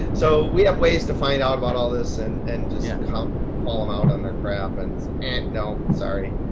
so we have ways to find out about all this and and just yeah call call them out on their crap and and no, sorry.